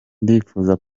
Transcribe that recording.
ndifuza